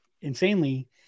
insanely